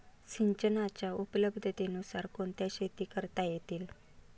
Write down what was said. सिंचनाच्या उपलब्धतेनुसार कोणत्या शेती करता येतील?